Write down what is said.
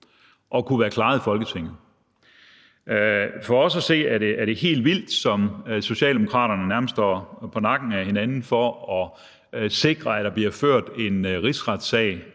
det kunne være klaret i Folketinget. For os at se er det helt vildt, som Socialdemokraterne nærmest står på nakken af hinanden for at sikre, at der bliver ført en rigsretssag